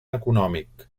econòmic